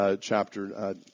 chapter